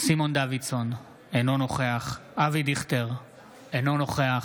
סימון דוידסון, אינו נוכח